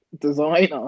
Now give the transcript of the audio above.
Designer